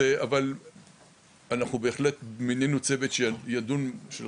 אבל אנחנו בהחלט מינינו צוות של ראשי